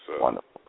Wonderful